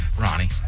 Ronnie